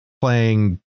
playing